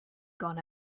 gone